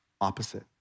opposite